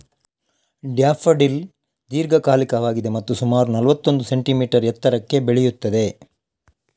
daffodil ದೀರ್ಘಕಾಲಿಕವಾಗಿದೆ ಮತ್ತು ಸುಮಾರು ನಲ್ವತ್ತೊಂದು ಸೆಂಟಿಮೀಟರ್ ಎತ್ತರಕ್ಕೆ ಬೆಳೆಯುತ್ತದೆ